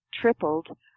tripled